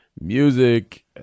music